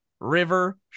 River